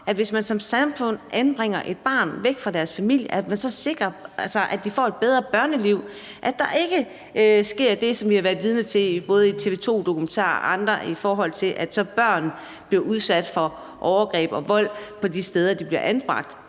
man, hvis man som samfund anbringer et barn væk fra dets familie, så sikrer, at det får et bedre barneliv, og at der ikke sker det, som vi har været vidne til både i en TV 2-dokumentar og andre steder, nemlig at børn så bliver udsat for overgreb og vold de steder, de bliver anbragt.